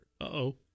Uh-oh